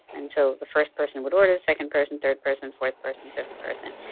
and so the first person would order, the second person, third person, fourth person, fifth person.